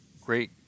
great